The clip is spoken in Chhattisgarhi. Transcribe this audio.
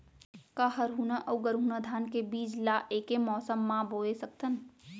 का हरहुना अऊ गरहुना धान के बीज ला ऐके मौसम मा बोए सकथन?